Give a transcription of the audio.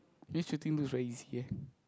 this shooting looks very easy eh